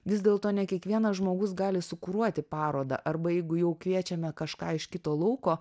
vis dėlto ne kiekvienas žmogus gali sukuruoti parodą arba jeigu jau kviečiame kažką iš kito lauko